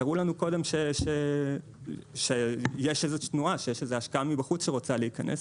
תראו לנו קודם שיש איזה השקעה מבחוץ שרוצה להיכנס,